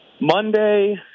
Monday